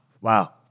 wow